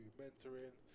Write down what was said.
mentoring